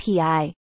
API